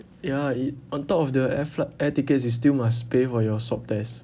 ya it on top of the air fli~ air tickets you still must pay for your swab test